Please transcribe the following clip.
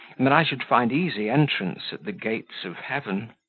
and that i should find easy entrance at the gates of heaven!